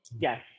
Yes